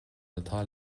atá